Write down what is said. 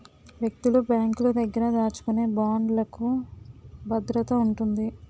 వ్యక్తులు బ్యాంకుల దగ్గర దాచుకునే బాండ్లుకు భద్రత ఉంటుంది